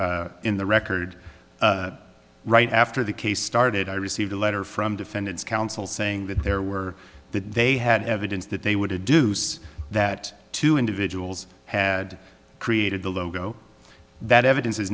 the in the record right after the case started i received a letter from defendant's counsel saying that there were that they had evidence that they would a deuce that two individuals had created the logo that evidence has